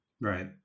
Right